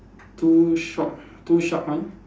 two short two short one